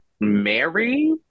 Mary